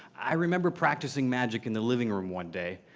i remember practicing magic in the living room one day,